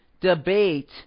debate